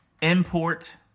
import